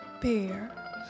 Pear